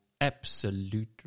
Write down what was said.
absolute